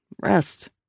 rest